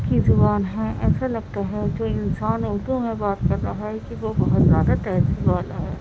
کی زبان ہے ایسا لگتا ہے کہ انسان اردو میں بات کر رہا ہے کہ وہ بہت زیادہ تہذیب والا ہے